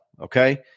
okay